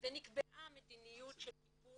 ונקבעה מדיניות של טיפול